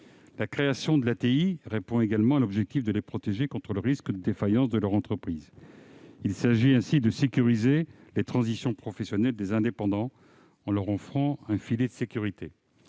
La création de l'ATI répond également à l'objectif de les protéger contre le risque de défaillance de leur entreprise. Il s'agit ainsi de sécuriser les transitions professionnelles des indépendants en leur offrant un filet de sécurité